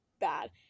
bad